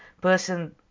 person